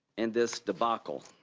in this debacle.